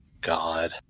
God